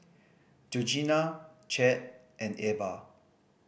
Georgina Chadd and Ebba